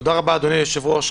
תודה רבה, אדוני היושב-ראש.